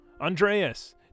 Andreas